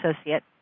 associate